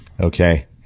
Okay